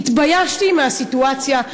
התביישתי מהסיטואציה,